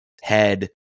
head